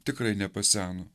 tikrai nepaseno